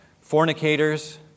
fornicators